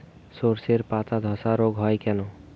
শর্ষের পাতাধসা রোগ হয় কেন?